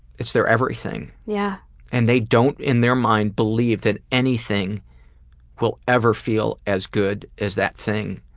it's their everything. yeah and they don't in their mind believe that anything will ever feel as good as that thing.